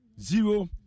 Zero